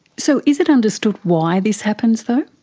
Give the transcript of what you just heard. so is it understood why this happens though?